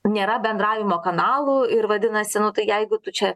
nėra bendravimo kanalų ir vadinasi nu tai jeigu tu čia